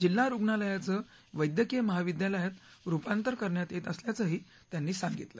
जिल्हा रुग्णालयांचं वैद्यकीय महाविद्यालयात रुपांतर करण्यात येत असल्याचंही त्यांनी सांगितलं